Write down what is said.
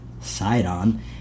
Sidon